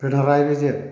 Pinarayi Vijayan